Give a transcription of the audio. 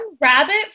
rabbit